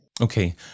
Okay